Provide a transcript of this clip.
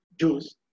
juice